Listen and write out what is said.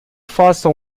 faça